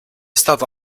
stata